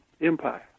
empire